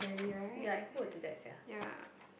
like who will do that sia